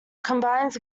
combines